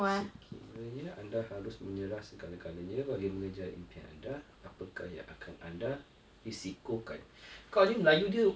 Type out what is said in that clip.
it's okay sekiranya anda harus menyerah segala-galanya bagi mengejar impian anda apakah yang akan anda risikokan malay>kau ni melayu dia